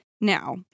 Now